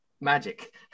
magic